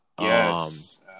Yes